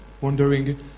wondering